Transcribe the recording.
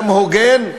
גם הוגן,